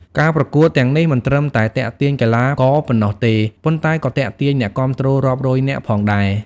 ការប្រកួតទាំងនេះមិនត្រឹមតែទាក់ទាញកីឡាករប៉ុណ្ណោះទេ ប៉ុន្តែក៏ទាក់ទាញអ្នកគាំទ្ររាប់រយនាក់ផងដែរ។